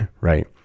right